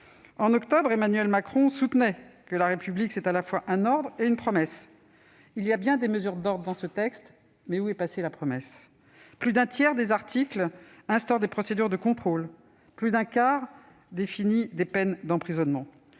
En octobre, Emmanuel Macron soutenait que « la République c'est à la fois un ordre et une promesse ». S'il y a bien des mesures d'ordre dans le présent projet de loi, où est passée la promesse ? Plus d'un tiers des articles instaurent des procédures de contrôle, plus d'un quart définissent des peines d'emprisonnement.